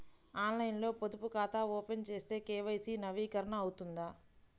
ఆన్లైన్లో పొదుపు ఖాతా ఓపెన్ చేస్తే కే.వై.సి నవీకరణ అవుతుందా?